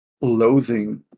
loathing